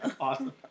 Awesome